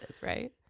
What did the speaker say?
right